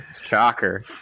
Shocker